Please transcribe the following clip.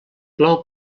plou